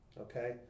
okay